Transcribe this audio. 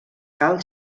cal